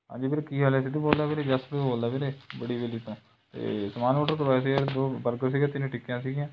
ਹਾਂਜੀ ਵੀਰ ਕੀ ਹਾਲ ਹੈ ਸਿੱਧੂ ਬੋਲਦਾ ਵੀਰੇ ਜਸਪ੍ਰੀਤ ਬੋਲਦਾ ਵੀਰੇ ਬੜੀ ਹਵੇਲੀ ਤੋਂ ਅਤੇ ਸਮਾਨ ਹੋਟਲ ਤੋਂ ਦੋ ਬਰਗਰ ਸੀਗੇ ਤਿੰਨ ਟਿੱਕੀਆਂ ਸੀਗੀਆਂ